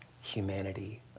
humanity